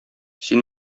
син